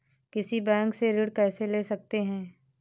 किसी बैंक से ऋण कैसे ले सकते हैं?